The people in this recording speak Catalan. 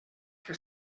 què